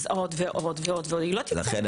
אז עוד ועוד ועוד היא בסוף לא תצא,